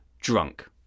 drunk